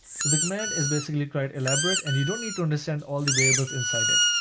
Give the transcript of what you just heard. so the command is basically quite elaborate and you don't need to understand all the variables inside it.